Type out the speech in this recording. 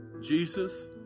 Jesus